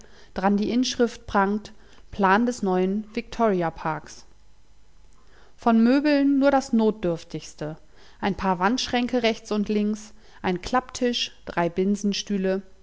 dran die inschrift prangt plan des neuen victoria parks von möbeln nur das notdürftigste ein paar wandschränke rechts und links ein klapptisch drei